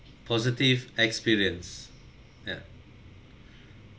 positive experience ya